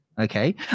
Okay